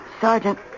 Sergeant